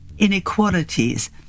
inequalities